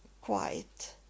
quiet